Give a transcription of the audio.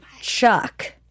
Chuck